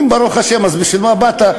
אם ברוך השם, אז בשביל מה באת?